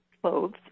clothes